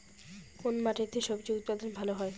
কোন মাটিতে স্বজি উৎপাদন ভালো হয়?